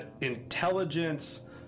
intelligence